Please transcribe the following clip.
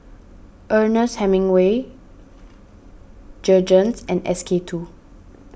Ernest Hemingway Jergens and S K two